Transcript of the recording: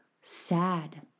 sad